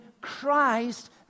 Christ